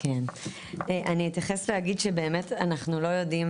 אז אתייחס להגיד שבאמת אנחנו לא יודעים